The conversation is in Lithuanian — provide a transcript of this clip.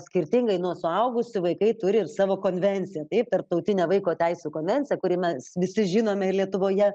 skirtingai nuo suaugusių vaikai turi ir savo konvenciją taip tarptautinę vaiko teisių konvenciją kuri mes visi žinome lietuvoje